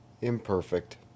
imperfect